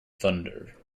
thunder